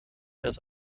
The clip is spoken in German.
ist